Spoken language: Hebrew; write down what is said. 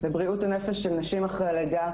לבריאות הנפש של נשים אחרי הלידה.